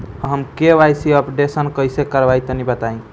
हम KYC updation कइसे करवाई तनि बताई?